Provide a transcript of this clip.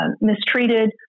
mistreated